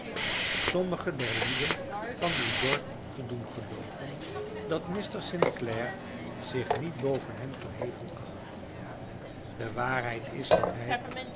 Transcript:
sommigen der lieden van uw dorp te doen gelooven dat mr sinclair zich niet boven hen verheven acht de waarheid is dat hij